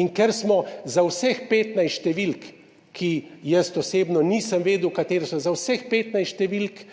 In ker smo za vseh 15 številk, za katere jaz osebno nisem vedel, katere so, za vseh 15 številk,